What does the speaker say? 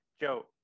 Joe